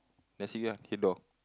then sit here ah here door